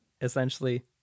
essentially